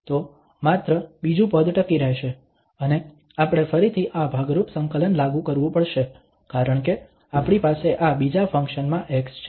તો માત્ર બીજું પદ ટકી રહેશે અને આપણે ફરીથી આ ભાગરૂપ સંકલન લાગુ કરવું પડશે કારણ કે આપણી પાસે આ બીજા ફંક્શન માં x છે